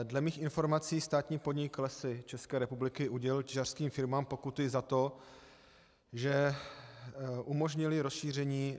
Dle mých informací státní podnik Lesy České republiky udělil těžařským firmám pokuty za to, že umožnily rozšíření kůrovce.